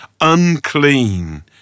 unclean